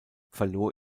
verlor